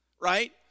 right